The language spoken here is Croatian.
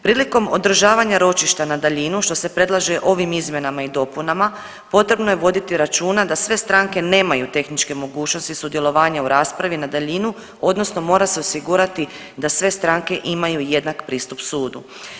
Prilikom održavanja ročišta na daljinu, što se predlaže ovim izmjenama i dopunama, potrebno je voditi računa da sve stranke nemaju tehničke mogućnosti sudjelovanja u raspravi na daljinu, odnosno mora se osigurati da sve stranke imaju jednak pristup sudu.